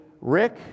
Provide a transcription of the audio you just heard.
Rick